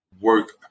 work